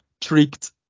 tricked